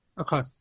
Okay